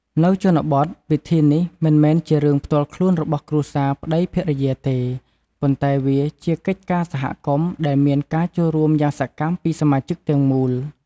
នៅជនបទ ពិធីនេះមិនមែនជារឿងផ្ទាល់ខ្លួនរបស់គ្រួសារប្ដីភរិយាទេ ប៉ុន្តែវាជាកិច្ចការសហគមន៍ដែលមានការចូលរួមយ៉ាងសកម្មពីសមាជិកទាំងមូល។